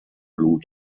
blue